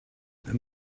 there